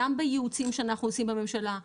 גם בייעוצים שאנחנו עושים בממשלה,